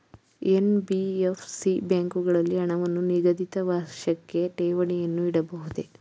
NBFC ಬ್ಯಾಂಕುಗಳಲ್ಲಿ ಹಣವನ್ನು ನಿಗದಿತ ವರ್ಷಕ್ಕೆ ಠೇವಣಿಯನ್ನು ಇಡಬಹುದೇ?